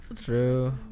True